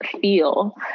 feel